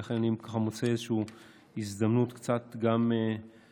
ולכן אני ככה מוצא איזושהי הזדמנות קצת לשתף